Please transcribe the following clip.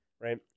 Right